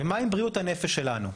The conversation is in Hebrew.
ומה עם בריאות הנפש שלנו?